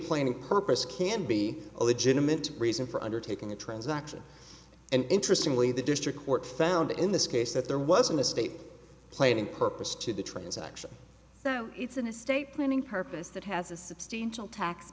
planing purpose can be a legitimate reason for undertaking a transaction and interestingly the district court found in this case that there was an estate planning purpose to the transaction so it's an estate planning purpose that has a substantial tax